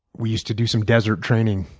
we used to do some desert training,